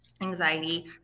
anxiety